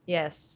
Yes